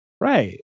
Right